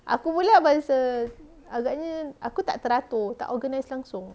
aku pula bahasa agaknya aku tak teratur tak organise langsung